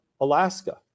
Alaska